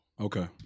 Okay